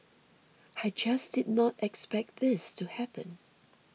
I just did not expect this to happen